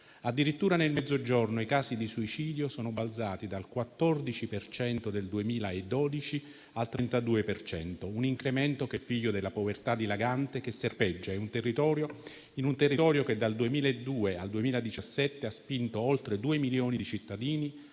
Addirittura, nel Mezzogiorno, i casi di suicidio sono balzati dal 14 per cento del 2012 al 32 per cento, un incremento figlio della povertà dilagante che serpeggia in un territorio che, dal 2002 al 2017, ha spinto oltre due milioni di cittadini